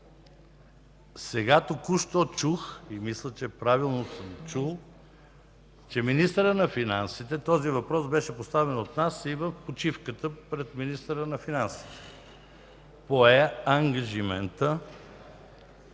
Току-що чух и мисля, че правилно съм чул, че министърът на финансите – този въпрос беше поставен от нас и в почивката пред министъра на финансите, пое ангажимента